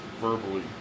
verbally